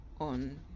on